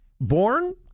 born